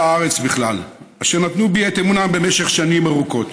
הארץ בכלל אשר נתנו בי את אמונם במשך שנים ארוכות.